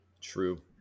True